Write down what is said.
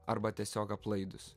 arba tiesiog aplaidūs